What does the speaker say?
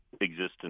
existence